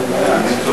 אין לי שום בעיה,